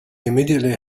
immediately